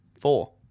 Four